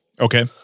Okay